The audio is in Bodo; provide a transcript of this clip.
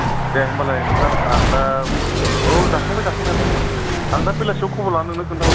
दे होमबालाय नोंथां आं दा औ जाखांबाय जाखांनायालाय आं दा बेलासियाव खबर लाना नोंनो खोनथाहरफिननोसै